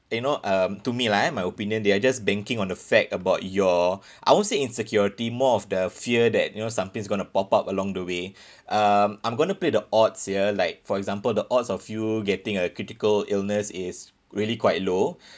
you know um to me lah eh my opinion they're just banking on the fact about your I won't say insecurity more of the fear that you know something's going to pop up along the way uh I'm going to play the odds here like for example the odds of you getting a critical illness is really quite low